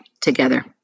together